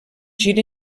gir